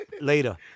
Later